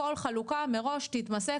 כל חלוקה מראש תתמסה,